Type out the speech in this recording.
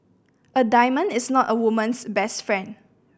a diamond is not a woman's best friend